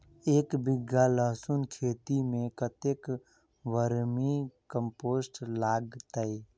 एक बीघा लहसून खेती मे कतेक बर्मी कम्पोस्ट लागतै?